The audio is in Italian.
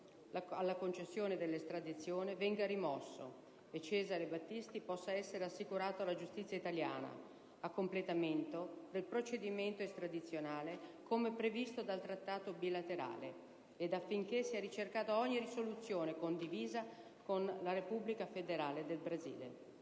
alla concessione dell'estradizione venga rimosso e Cesare Battisti possa essere assicurato alla giustizia italiana, a completamento del procedimento estradizionale, come previsto dal Trattato bilaterale e affinché sia ricercata ogni soluzione condivisa con la Repubblica federale del Brasile.